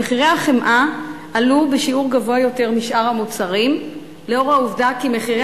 הם עלו בשיעור גבוה יותר משאר המוצרים לאור העובדה שמחירי